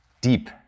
deep